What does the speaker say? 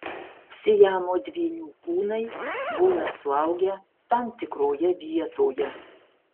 siamo dvynių kūnai būna suaugę tam tikroje vietoje